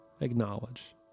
acknowledge